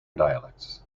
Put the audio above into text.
dialects